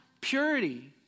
purity